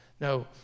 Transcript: No